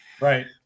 right